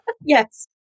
Yes